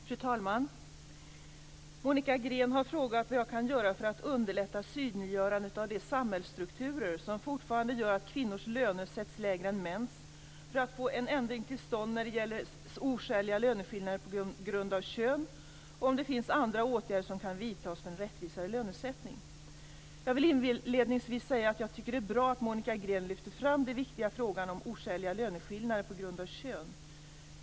Fru talman! Monica Green har frågat vad jag kan göra för att underlätta synliggörandet av de samhällsstrukturer som fortfarande gör att kvinnors löner sätts lägre än mäns, för att få en ändring till stånd när det gäller oskäliga löneskillnader på grund av kön och om det finns andra åtgärder som kan vidtas för en rättvisare lönesättning. Jag vill inledningsvis säga att jag tycker det är bra att Monica Green lyfter fram den viktiga frågan om oskäliga löneskillnader på grund av kön.